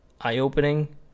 eye-opening